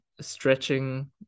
stretching